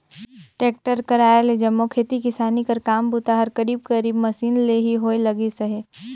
tractor कर आए ले जम्मो खेती किसानी कर काम बूता हर करीब करीब मसीन ले ही होए लगिस अहे